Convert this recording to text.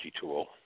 tool